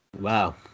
Wow